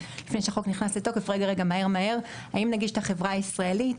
לפני שהחוק נכנס לתוקף רגע מהר מהר האם נגיש את החברה הישראלית?